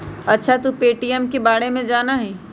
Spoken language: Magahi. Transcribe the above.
अच्छा तू पे.टी.एम के बारे में जाना हीं?